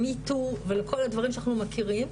ל-METOO ולכל הדברים שאנחנו מכירים.